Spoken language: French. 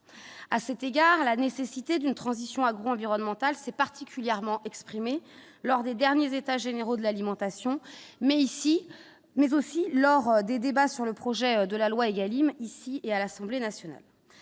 à cet égard la nécessité d'une transition agro-environnementales s'est particulièrement exprimée lors des derniers états généraux de l'alimentation, mais ici, mais aussi lors des débats sur le projet de la loi Egalim ici et à l'Assemblée nationale,